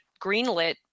greenlit